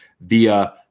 via